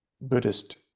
Buddhist